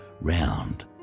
Round